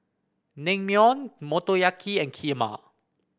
Naengmyeon Motoyaki and Kheema